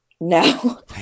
no